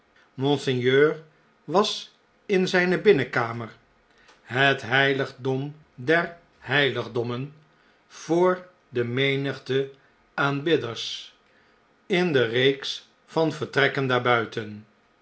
was in zijne binnenkamer het heiligdom der heiligdommen voor de menigte aapbidders in de reeks van vertrekken